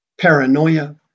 paranoia